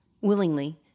willingly